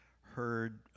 heard